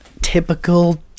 typical